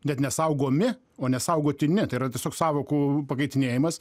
net nesaugomi o nesaugoti tai yra tiesiog sąvokų pakeitinėjimas